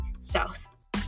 South